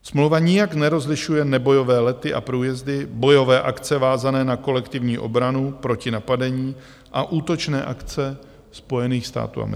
Smlouva nijak nerozlišuje nebojové lety a průjezdy, bojové akce vázané na kolektivní obranu proti napadení a útočné akce Spojených států amerických.